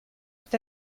est